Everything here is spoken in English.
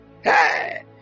Hey